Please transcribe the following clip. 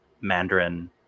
Mandarin